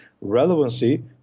relevancy